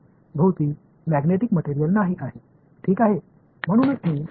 எனவே நீங்கள் விரும்பினால் காந்தமல்லாத மீடியாவை நாம் அனுமானங்களில் கூறலாம்